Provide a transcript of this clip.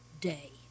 day